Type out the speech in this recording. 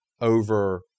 over